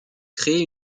créer